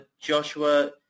Joshua